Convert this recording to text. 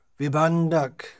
Vibandak